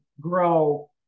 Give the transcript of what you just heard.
grow